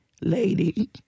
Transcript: lady